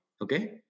Okay